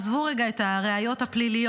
עזבו רגע את הראיות הפליליות,